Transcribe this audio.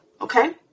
okay